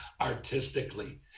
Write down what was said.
artistically